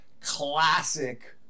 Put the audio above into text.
classic